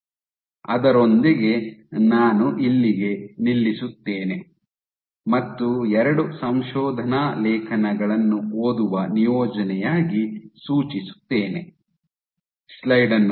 ಅದರೊಂದಿಗೆ ನಾನು ಇಲ್ಲಿಗೆ ನಿಲ್ಲಿಸುತ್ತೇನೆ ಮತ್ತು ಎರಡು ಸಂಶೋಧನಾ ಲೇಖನಗಳನ್ನು ಓದುವ ನಿಯೋಜನೆಯಾಗಿ ಸೂಚಿಸುತ್ತೇನೆ